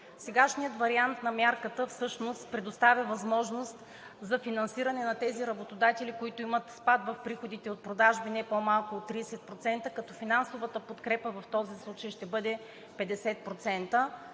Сегашният вариант на мярката всъщност предоставя възможност за финансиране на тези работодатели, които имат спад в приходите от продажби не по-малко от 30%, като финансовата подкрепа в този случай ще бъде 50%,